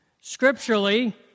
Scripturally